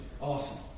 awesome